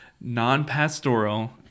non-pastoral